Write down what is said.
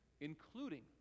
including